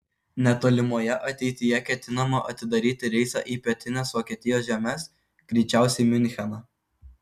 netolimoje ateityje ketinama atidaryti reisą į pietines vokietijos žemes greičiausiai miuncheną